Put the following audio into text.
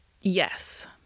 yes